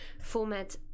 format